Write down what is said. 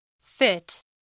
fit